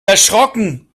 erschrocken